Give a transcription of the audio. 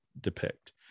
depict